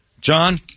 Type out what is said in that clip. John